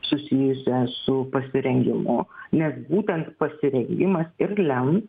susijusią su pasirengimu nes būtent pasirengimas ir lem